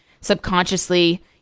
Subconsciously